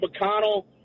McConnell